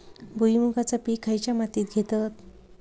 भुईमुगाचा पीक खयच्या मातीत घेतत?